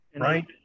right